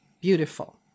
beautiful